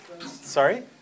sorry